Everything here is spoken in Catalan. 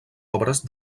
obres